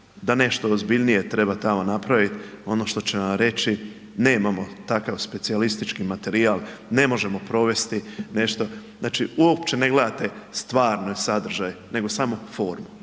da nešto ozbiljnije treba tamo napraviti ono što će vam reći, nemamo takav specijalistički materijal, ne možemo provesti nešto. Znači uopće ne gledate stvarni sadržaj nego samo formu,